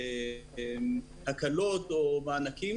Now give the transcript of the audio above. ההקלות או המענקים.